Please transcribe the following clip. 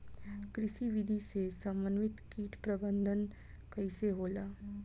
कृषि विधि से समन्वित कीट प्रबंधन कइसे होला?